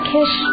Kish